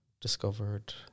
Discovered